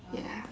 ya